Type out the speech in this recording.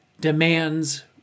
demands